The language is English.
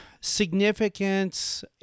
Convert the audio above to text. significance